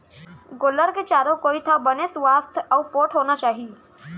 गोल्लर के चारों कोइत ह बने सुवास्थ अउ पोठ होना चाही